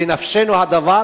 בנפשנו הדבר.